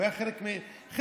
הוא היה חלק מאיתנו.